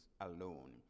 alone